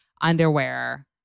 underwear